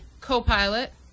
co-pilot